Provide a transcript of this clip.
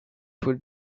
would